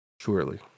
Surely